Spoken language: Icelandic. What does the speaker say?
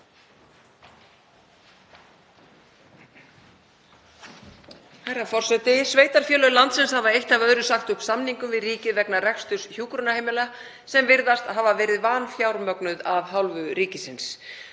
Herra forseti. Sveitarfélög landsins hafa eitt af öðru sagt upp samningum við ríkið vegna reksturs hjúkrunarheimila sem virðast hafa verið vanfjármögnuð af hálfu ríkisins.